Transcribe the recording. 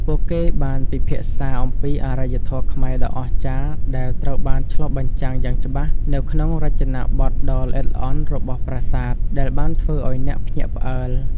ពួកគេបានពិភាក្សាអំពីអរិយធម៌ខ្មែរដ៏អស្ចារ្យដែលត្រូវបានឆ្លុះបញ្ចាំងយ៉ាងច្បាស់នៅក្នុងរចនាបថដ៏ល្អិតល្អន់របស់ប្រាសាទ ដែលបានធ្វើឱ្យអ្នកភ្ញាក់ផ្អើល។